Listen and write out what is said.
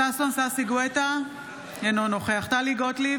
ששון ששי גואטה, אינו נוכח טלי גוטליב,